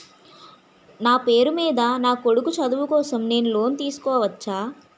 నా పేరు మీద నా కొడుకు చదువు కోసం నేను లోన్ తీసుకోవచ్చా?